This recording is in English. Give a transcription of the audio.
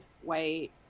white